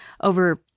over